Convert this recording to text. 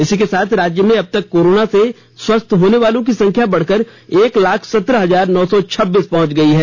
इसी के साथ राज्य में अबतक कोरोना से स्वस्थ होने वालों की संख्या बढ़कर एक लाख सत्रह हजार नौ सौ छब्बीस पहुंच गई है